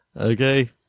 Okay